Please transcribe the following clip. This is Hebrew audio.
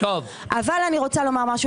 אבל אני רוצה לומר משהו.